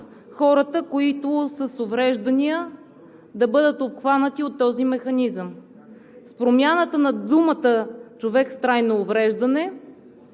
хората, които са с увреждания, да бъдат обхванати от този механизъм. С промяната на думата „човек с трайно увреждане“